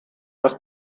was